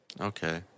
Okay